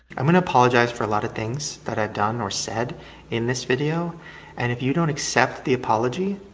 i'm gonna apologize for a lot of things that i've done or said in this video and if you don't accept the apology,